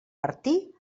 martí